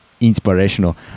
inspirational